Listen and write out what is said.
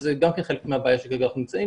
וזה גם חלק מהבעיה שבגללו אנחנו נמצאים,